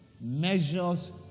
measures